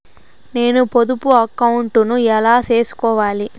నేను పొదుపు అకౌంటు ను ఎలా సేసుకోవాలి?